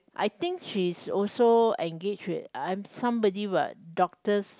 I think she's also engage with I am somebody what doctors